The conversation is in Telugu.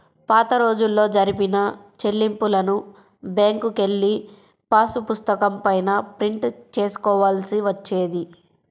పాతరోజుల్లో జరిపిన చెల్లింపులను బ్యేంకుకెళ్ళి పాసుపుస్తకం పైన ప్రింట్ చేసుకోవాల్సి వచ్చేది